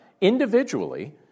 individually